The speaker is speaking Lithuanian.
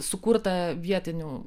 sukurta vietinių